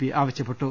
P ആവശ്യപ്പെട്ടു